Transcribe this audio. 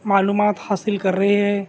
معلومات حاصل کر رہے ہیں